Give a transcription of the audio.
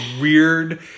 weird